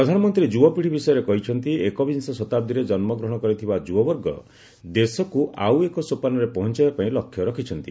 ପ୍ରଧାନମନ୍ତ୍ରୀ ଯୁବପିଢ଼ି ବିଷୟରେ କହିଛନ୍ତି ଏକବିଂଶ ଶତାବ୍ଦୀରେ ଜନ୍ମଗ୍ରହଣ କରିଥିବା ଯୁବବର୍ଗ ଦେଶକୁ ଆଉ ଏକ ସୋପାନରେ ପହଞ୍ଚାଇବା ପାଇଁ ଲକ୍ଷ୍ୟ ରଖିଛନ୍ତି